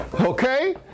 Okay